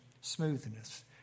smoothness